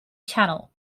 channel